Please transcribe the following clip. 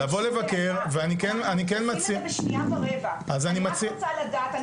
ואני כן מציע -- אנחנו עושים את זה בשנייה ורבע,